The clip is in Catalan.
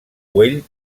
güell